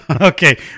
Okay